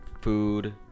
food